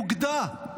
אוגדה.